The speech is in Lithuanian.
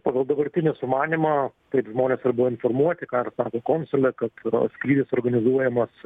pagal dabartinį sumanymą taip žmonės ir buvo informuoti ką ir sako konsulė kad skrydis organizuojamas